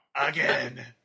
again